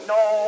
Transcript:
no